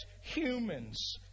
humans